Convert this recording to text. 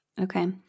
Okay